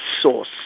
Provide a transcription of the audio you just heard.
source